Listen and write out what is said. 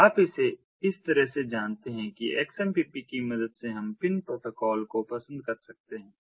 तो आप इसे इस तरह से जानते हैं कि XMPP की मदद से हम पिन प्रोटोकॉल को पसंद कर सकते हैं